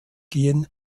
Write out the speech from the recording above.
gehen